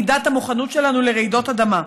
מידת המוכנות שלנו לרעידות אדמה: